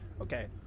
Okay